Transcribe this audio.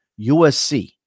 USC